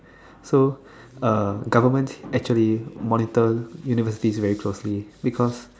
so uh governments actually monitor universities very closely because